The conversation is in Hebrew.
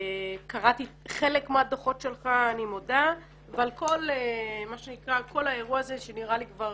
קראתי חלק מהדוחות שלך אבל כל האירוע הזה שנראה לי כבר